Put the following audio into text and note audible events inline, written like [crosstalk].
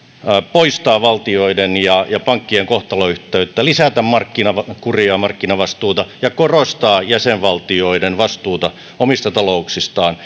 poistaa valtioiden ja ja pankkien kohtalonyhteyttä lisätä markkinakuria ja markkinavastuuta ja korostaa jäsenvaltioiden vastuuta omista talouksistaan [unintelligible]